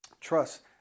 Trust